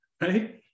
right